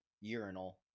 urinal